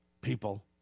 people